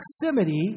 proximity